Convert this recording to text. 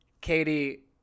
katie